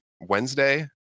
Wednesday